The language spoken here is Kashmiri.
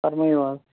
فَرمٲیِو حظ